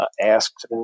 asked